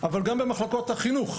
וגם במחלקות החינוך.